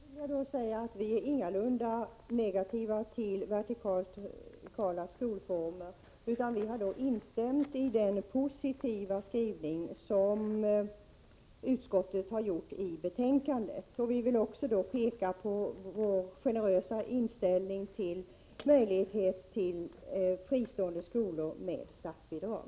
Herr talman! Till Elisabeth Fleetwood vill jag säga att vi ingalunda är negativa till vertikala skolformer, utan vi instämmer i utskottets positiva skrivning i betänkandet. Vi vill också peka på vår generösa inställning till att det skall finnas fristående skolor med statsbidrag.